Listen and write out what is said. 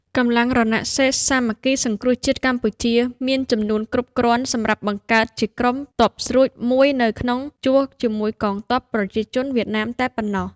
កម្លាំងរណសិរ្យសាមគ្គីសង្គ្រោះជាតិកម្ពុជា មានចំនួនគ្រប់គ្រាន់សម្រាប់បង្កើតជាក្រុមទព័ស្រួចមួយនៅក្នុងជួរជាមួយកងទព័ប្រជាជនវៀតណាមតែប៉ុណ្ណោះ។